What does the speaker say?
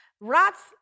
Rats